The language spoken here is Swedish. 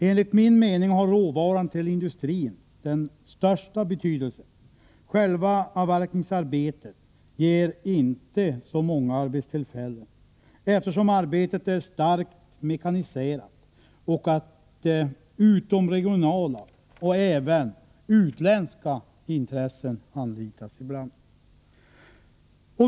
Enligt min mening har råvaran till industrin den största betydelsen. Själva avverkningsarbetet ger inte så många arbetstillfällen eftersom arbetet är starkt mekaniserat och utomregionala och även utländska intressen ibland anlitas.